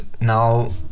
now